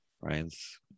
Ryan's